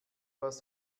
was